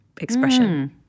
expression